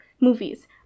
movies